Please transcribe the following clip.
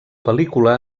pel·lícula